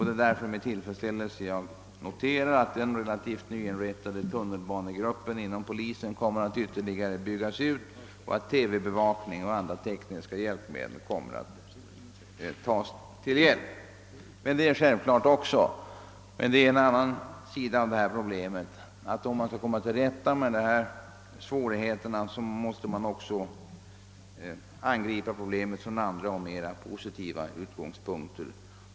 Det är därför med tillfredsställelse jag noterar, alt den relativt nyinrättade tunnelbanegruppen inom polisen kommer att ytterligare byggas ut och att TV-bevakning och andra tekniska hjälpmedel kommer att utnyttjas. Självklart är också — men det är en annan sida av detta problem — att om man skall komma till rätta med dessa svårigheter, måste man angripa problemet från andra och mera Ppositiva utgångspunkter.